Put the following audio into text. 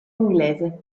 inglese